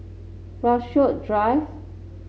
Rasok Drive